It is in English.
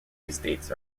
estates